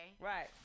Right